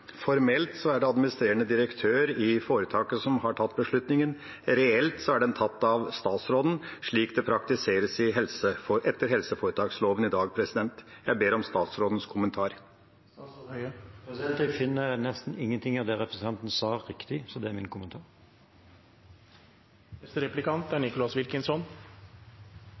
Formelt er det administrerende direktør i foretaket som har tatt beslutningen. Reelt er den tatt av statsråden, slik det praktiseres etter helseforetaksloven i dag. Jeg ber om statsrådens kommentar. Jeg finner nesten ingenting av det representanten sa, riktig, så det er min